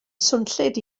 swnllyd